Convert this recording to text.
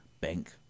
bank